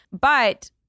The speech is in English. But-